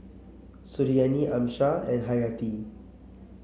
Suriani Amsyar and Hayati